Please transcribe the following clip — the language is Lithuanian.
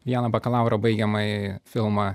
vieną bakalauro baigiamąjį filmą